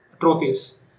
trophies